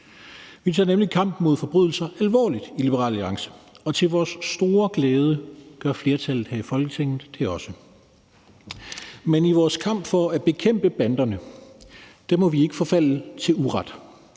Vi tager nemlig kampen mod forbrydelser alvorligt i Liberal Alliance, og til vores store glæde gør flertallet her i Folketinget det også. Men i vores kamp for at bekæmpe banderne må vi ikke forfalde til uret.